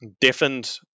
deafened